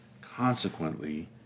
Consequently